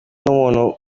n’umuntu